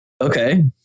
okay